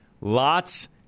Lots